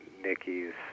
Nicky's